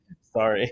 Sorry